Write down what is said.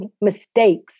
mistakes